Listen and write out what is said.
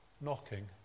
knocking